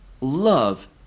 love